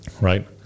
right